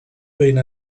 بین